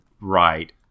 right